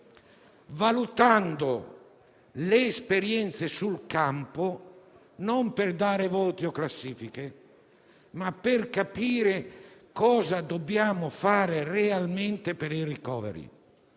valutando le esperienze sul campo non per dare voti o fare classifiche, ma per capire cosa dobbiamo fare realmente per il *recovery*